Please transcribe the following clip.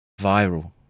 viral